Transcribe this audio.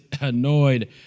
annoyed